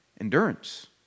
endurance